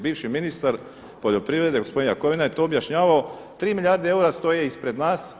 Bivši ministar poljoprivrede gospodin Jakovina je to objašnjavao tri milijarde eura stoje ispred nas.